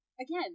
Again